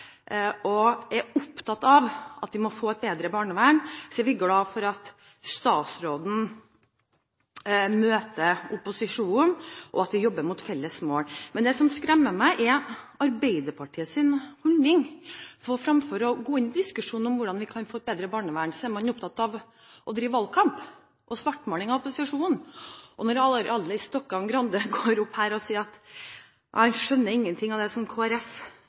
og vi er opptatt av at vi må få et bedre barnevern. Vi er glad for at statsråden møter opposisjonen, og at vi jobber mot et felles mål. Men det som skremmer meg, er Arbeiderpartiets holdning. For fremfor å gå inn i en diskusjon om hvordan vi kan få et bedre barnevern, er man opptatt av å drive valgkamp og svartmale opposisjonen. Når Arild Stokkan-Grande går opp på talerstolen og sier at han ikke skjønner noe av det